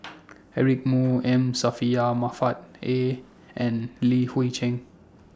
Eric Moo M A and Li Hui Cheng